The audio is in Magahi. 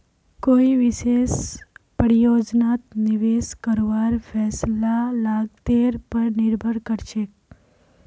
कोई विशेष परियोजनात निवेश करवार फैसला लागतेर पर निर्भर करछेक